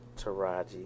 Taraji